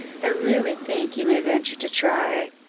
i really think you may venture to try.